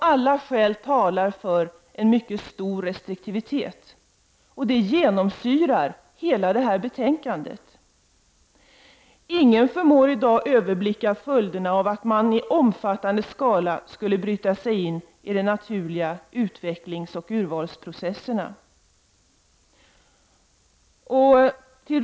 Alla skäl talar för en mycket stor restriktivitet, och det genomsyrar hela det här betänkandet. Ingen förmår i dag överblicka följderna av om man i stor skala skulle bryta sig in i den naturliga utvecklingsoch urvalsprocesserna.